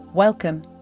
Welcome